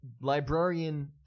Librarian